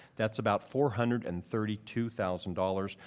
that's about four hundred and thirty two thousand dollars.